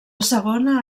segona